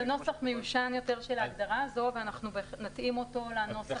זה נוסח מיושן יותר של ההגדרה הזו ואנחנו נתאים אותו לנוסח